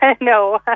no